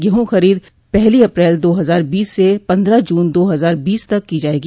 गेहूं खरीद पहली अप्रैल दो हजार बीस से पन्द्रह जून दो हजार बीस तक की जायेगी